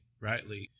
rightly